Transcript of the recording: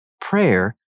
Prayer